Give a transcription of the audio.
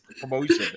promotion